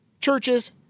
churches